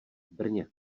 brně